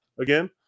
Again